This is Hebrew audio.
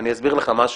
אסביר לך משהו,